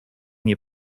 nie